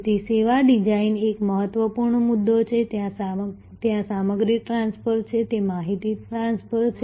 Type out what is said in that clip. તેથી સેવા ડિઝાઇન એક મહત્વપૂર્ણ મુદ્દો છે ત્યાં સામગ્રી ટ્રાન્સફર છે તે માહિતી ટ્રાન્સફર છે